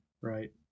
right